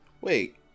Wait